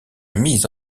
mise